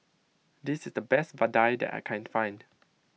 this is the best Vadai that I can find